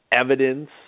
evidence